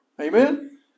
Amen